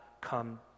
come